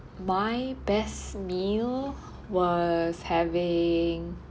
my best meal was having